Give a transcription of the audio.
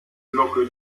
glocke